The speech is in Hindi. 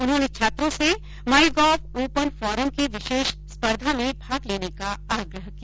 उन्होंने छात्रों से माईगॉव ओपन फोरम की विशेष स्पर्धा में भाग लेने का आग्रह किया